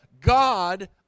God